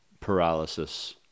paralysis